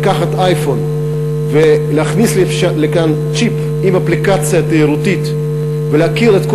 לקחת אייפון ולהכניס לכאן צ'יפ עם אפליקציה תיירותית ולהכיר את כל